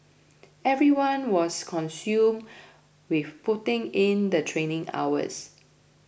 everyone was consumed with putting in the training hours